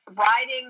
Writing